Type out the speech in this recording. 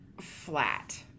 flat